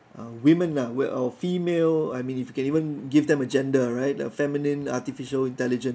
uh women ah or female I mean if you can even give them a gender right the feminine artificial intelligence